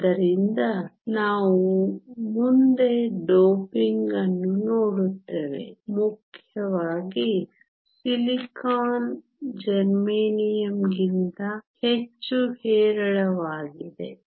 ಆದ್ದರಿಂದ ನಾವು ಮುಂದೆ ಡೋಪಿಂಗ್ ಅನ್ನು ನೋಡುತ್ತೇವೆ ಮುಖ್ಯವಾಗಿ ಸಿಲಿಕಾನ್ ಜರ್ಮೇನಿಯಂಗಿಂತ ಹೆಚ್ಚು ಹೇರಳವಾಗಿದೆ